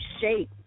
shape